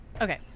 Okay